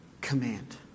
command